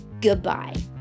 Goodbye